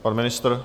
Pan ministr?